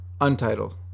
Untitled